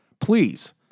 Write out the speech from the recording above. please